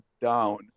down